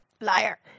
liar